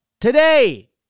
Today